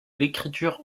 l’écriture